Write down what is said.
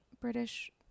British